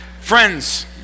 Friends